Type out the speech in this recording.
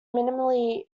minimally